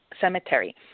Cemetery